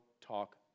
talk